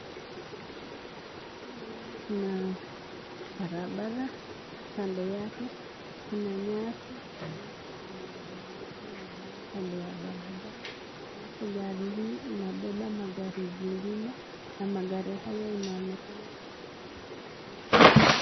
Hapa naona kuna barabara halafu kando yake kuna nyasi halafu kuna mamiti imemea kando ya barabara, halafu gari inabeba magari zingine na magari haya inaonekana ni magari ya kuuza.